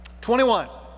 21